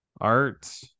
art